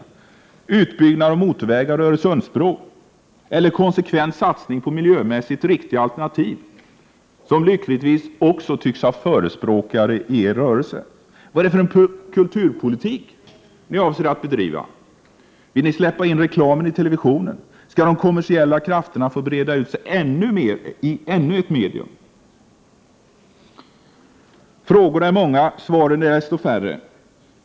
Är det en som innebär utbyggnad av motorvägar och byggande av en Öresundsbro eller en som innebär en konsekvent satsning på miljömässigt riktiga alternativ, vilken lyckligtvis också tycks ha förespråkare i er rörelse? Vad är det för kulturpolitik som ni avser att bedriva? Vill ni släppa in reklamen i televisionen? Skall de kommersiella krafterna få breda ut sig i ännu ett medium? Frågorna är många, svaren är desto färre.